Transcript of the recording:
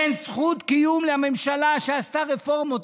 אין זכות קיום לממשלה שעשתה רפורמות,